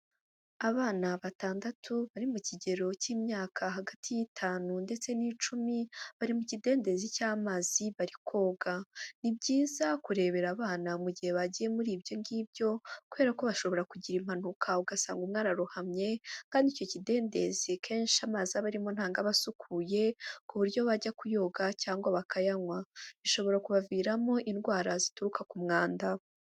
Abana batandatu bari mu kigero cy'imyaka hagati y'itanu ndetse n'icumi, bari mu kidendezi cy'amazi bari koga. Ni byiza kurebera abana mu gihe bagiye muri ibyo ngibyo, kubera ko bashobora kugira impanuka, ugasanga umwe ararohamye, kandi icyo kidendezi kenshi amazi aba arimo ntago aba asukuye, ku buryo bajya kuyoga cyangwa bakayanywa, bishobora kubaviramo indwara zituruka ku mwanda.